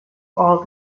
all